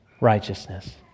righteousness